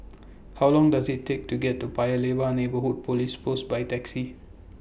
How Long Does IT Take to get to Paya Lebar Are Neighbourhood Police Post By Taxi